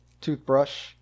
toothbrush